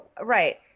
Right